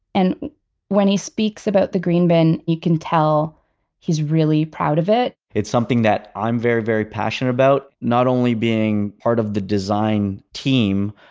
and when he speaks about the green bin you can tell he's really proud of it. it's something that i'm very, very passionate about. not only being, part of the design team,